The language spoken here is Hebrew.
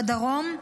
בדרום,